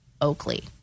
Oakley